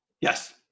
Yes